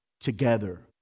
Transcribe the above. together